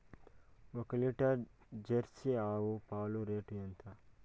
ఒక litre Jersey ఆవు పాలు రేటు ఎంత?